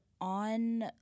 On